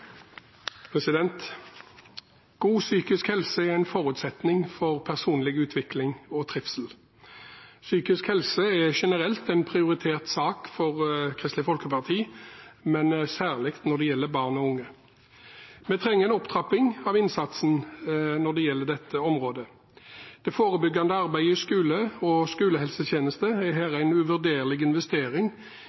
en forutsetning for personlig utvikling og trivsel. Psykisk helse er generelt en prioritert sak for Kristelig Folkeparti, men særlig når det gjelder barn og unge. Vi trenger en opptrapping av innsatsen når det gjelder dette området. Det forebyggende arbeidet i skole og skolehelsetjeneste er her en uvurderlig investering